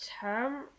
term